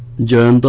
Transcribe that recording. jerry and